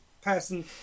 person